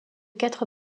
quatre